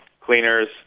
cleaners